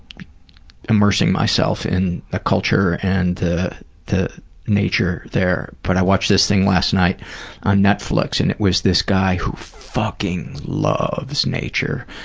immersing myself in the culture and the the nature there. but i watched this thing last night on netflix, and there was this guy who fucking loves nature.